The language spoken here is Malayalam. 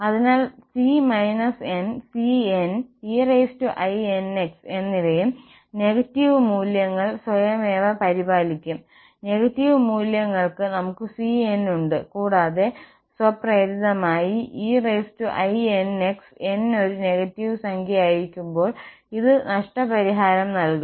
അതിനാൽ c n cn einx എന്നിവയും നെഗറ്റീവ് മൂല്യങ്ങൾ സ്വയമേവ പരിപാലിക്കും നെഗറ്റീവ് മൂല്യങ്ങൾക്ക് നമുക്ക് cn ഉണ്ട് കൂടാതെ സ്വപ്രേരിതമായി einx n ഒരു നെഗറ്റീവ് സംഖ്യയായിരിക്കുമ്പോൾ ഇത് നഷ്ടപരിഹാരം നൽകും